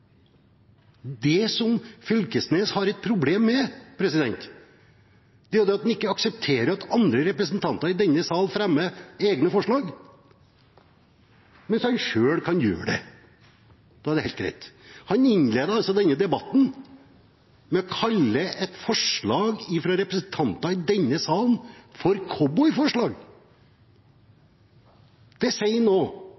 som Knag Fylkesnes har problemer med, er at han ikke aksepterer at andre representanter i denne sal fremmer egne forslag, mens han selv kan gjøre det – da er det helt greit. Han innledet denne debatten med å kalle et forslag fra representanter i denne salen for